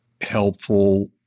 helpful